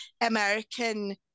American